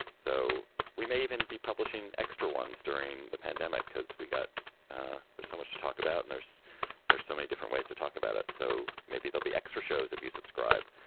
so we may even be publishing extra ones during the pandemic because we got so much to talk about and there's there's so many different ways to talk about it. so maybe there'll be extra shows if you subscribe